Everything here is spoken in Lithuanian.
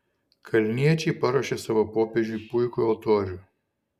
kalniečiai paruošė savo popiežiui puikų altorių